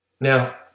Now